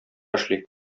эшли